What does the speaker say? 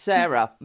Sarah